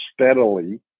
steadily